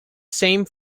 same